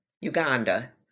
Uganda